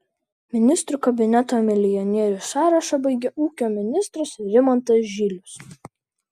ministrų kabineto milijonierių sąrašą baigia ūkio ministras rimantas žylius